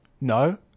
No